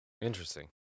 Interesting